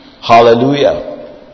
Hallelujah